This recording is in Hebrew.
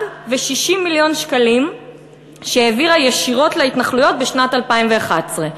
ו-60 מיליון שקלים שהעבירה ישירות להתנחלויות בשנת 2011,